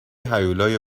هیولای